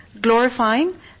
Glorifying